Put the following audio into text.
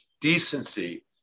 decency